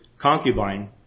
concubine